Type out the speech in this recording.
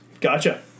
Gotcha